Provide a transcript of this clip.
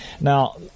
Now